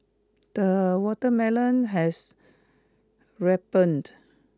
the watermelon has ripened